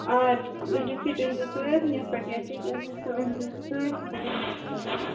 آ رِسیٹ أنۍزیٚو سۭتۍ یَتھ پٮ۪ٹھ سُہ أنۍزیٚو سۭتۍ بہٕ دمہٕ ہو تۅہہِ